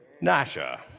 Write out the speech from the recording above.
nasha